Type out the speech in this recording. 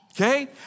okay